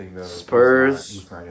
Spurs